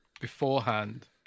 beforehand